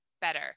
better